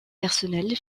personnelle